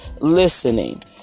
listening